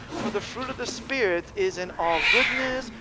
for the fruit of the spirit is in all goodness,